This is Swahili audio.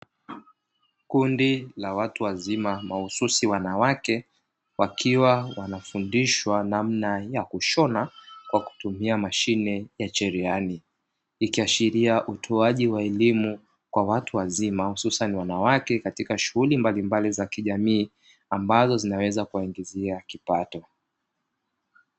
Kundi la watu wazima mahususi wanawake wakiwa wanafundishwa namna ya kushona kwa kutumia mashine ya cherehani, ikiashiria utoaji wa elimu kwa watu wazima hususani wanawake katika shughuli mbalimbali za kijamii ambazo zinaweza kuwaingizia kipato.